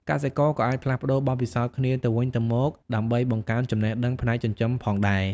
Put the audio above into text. កសិករក៏អាចផ្លាស់ប្តូរបទពិសោធន៍គ្នាទៅវិញទៅមកដើម្បីបង្កើនចំណេះដឹងផ្នែកចិញ្ចឹមផងដែរ។